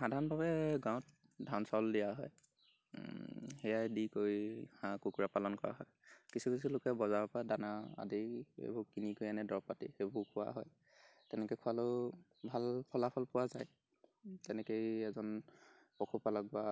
সাধাৰণভাৱে গাঁৱত ধান চাউল দিয়া হয় সেইয়াই দি কৰি হাঁহ কুকুৰা পালন কৰা হয় কিছু কিছু লোকে বজাৰৰপৰা দানা আদি এইবোৰ কিনি কৰি আনে দৰৱ পাতি সেইবোৰ খুওৱা হয় তেনেকৈ খুৱালেও ভাল ফলাফল পোৱা যায় তেনেকৈয়ে এজন পশুপালক বা